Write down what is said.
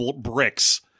bricks